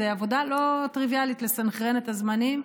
זה עבודה לא טריוויאלית לסנכרן את הזמנים,